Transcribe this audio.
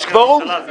יש קוורום?